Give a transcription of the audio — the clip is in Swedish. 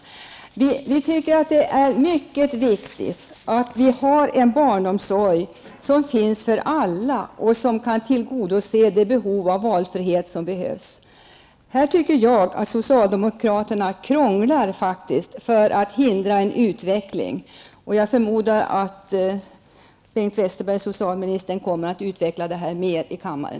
Vi tycker att det är mycket viktigt att vi har en barnomsorg för alla som kan tillgodose det behov av valfrihet som finns. Jag tycker att socialdemokraterna krånglar för att hindra en utveckling. Jag förmodar att socialminister Bengt Westerberg kommer att utveckla detta vidare i kammaren.